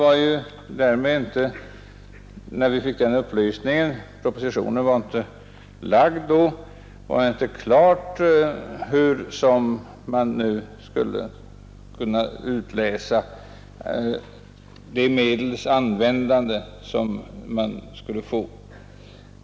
För övrigt var det då inte klart hur medlen skulle användas — propositionen hade ännu inte framlagts.